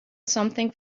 something